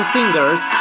Singers